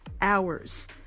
hours